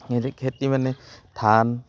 ইয়াতে খেতি মানে ধান